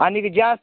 आनीक जास्त